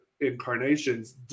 incarnations